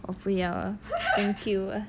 我不要 ah thank you ah